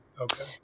Okay